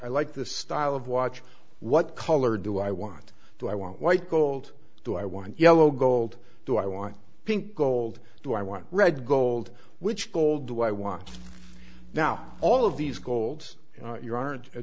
i like the style of watch what color do i want to i want white gold do i want yellow gold do i want pink gold do i want red gold which gold do i want now all of these gold you aren't a